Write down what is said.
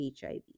HIV